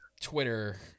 Twitter